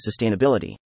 sustainability